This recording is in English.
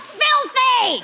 filthy